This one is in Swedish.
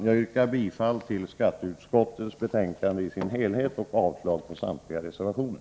Jag yrkar bifall till skatteutskottets hemställan i dess helhet och avslag på samtliga reservationer.